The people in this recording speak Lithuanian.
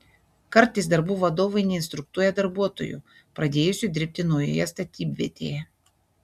kartais darbų vadovai neinstruktuoja darbuotojų pradėjusių dirbti naujoje statybvietėje